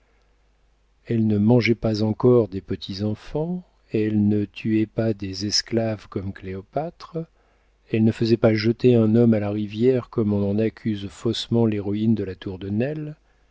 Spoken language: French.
elle ne mangeait pas encore des petits enfants elle ne tuait pas des esclaves comme cléopâtre elle ne faisait pas jeter un homme à la rivière comme on en accuse faussement l'héroïne de la tour de nesle